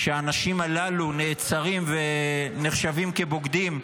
שהאנשים הללו נעצרים ונחשבים כבוגדים,